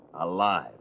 Alive